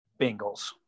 Bengals